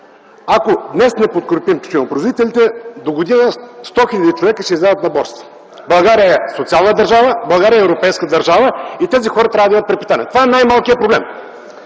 ако днес не подкрепим тютюнопроизводителите, догодина 100 хиляди човека ще излязат на борсата. България е социална държава, България е европейска държава и тези хора трябва да имат препитание. Това е най-малкият проблем.